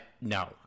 No